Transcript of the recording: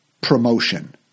promotion